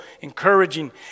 encouraging